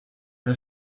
der